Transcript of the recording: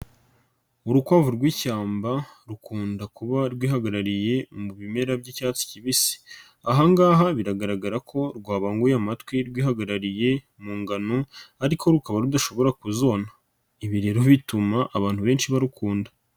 Urukwavu rw'ishyamba rukunda kuba rwihagarariye mu bimera by'icyatsi kibisi, ahangaha biragaragara ko rwabanguye amatwi rwihagarariye mu ngano ariko rukaba rudashobora kuzona. Ibi rero bituma abantu benshi barukunda.